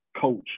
coach